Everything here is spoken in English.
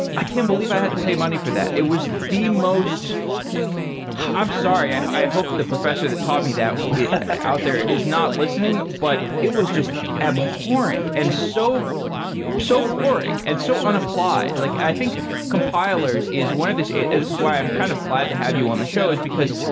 i can't believe i had to pay money for that. it was the most i'm sorry. i i hope the professor that taught me that out there is not listening, but it was just abhorrent and so so boring and so unapplied. like i think compilers is one of this it is why i'm kind of glad to have you on the show is because,